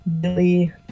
Billy